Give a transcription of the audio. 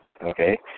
okay